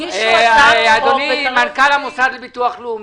אדוני מנכ"ל הביטוח הלאומי,